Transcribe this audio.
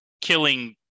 killing